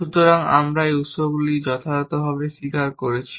সুতরাং আমরা এই উত্সগুলি যথাযথভাবে স্বীকার করেছি